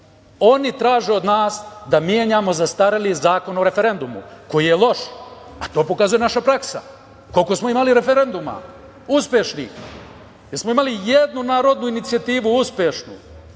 Oni traže od nas da menjamo zastareli Zakon o referendumu, koji je loš, a to pokazuje naša praksa. Koliko smo imali referenduma uspešnih? Jesmo li imali jednu narodnu inicijativu uspešnu?